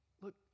look